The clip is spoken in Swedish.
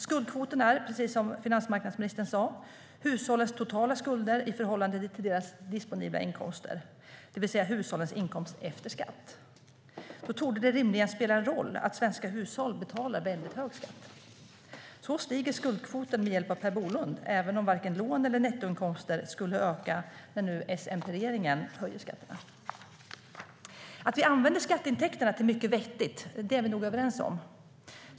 Skuldkvoten är, som finansmarknadsministern sa, hushållens totala skulder i förhållande till deras disponibla inkomster, det vill säga hushållens inkomst efter skatt. Då torde det rimligen spela roll att svenska hushåll betalar väldigt hög skatt. På så sätt stiger skuldkvoten med hjälp av Per Bolund, även om varken lån eller nettoinkomster skulle öka när S-MP-regeringen nu höjer skatterna. Att vi använder skatteintäkterna till mycket vettigt är vi nog överens om.